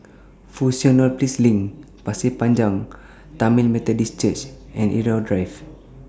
Fusionopolis LINK Pasir Panjang Tamil Methodist Church and Irau Drive